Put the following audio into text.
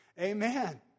Amen